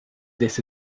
this